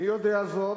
אני יודע זאת,